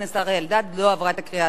אנחנו עוברים לנושא הבא בסדר-היום: